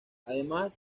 además